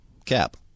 cap